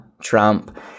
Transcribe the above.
Trump